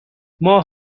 ماه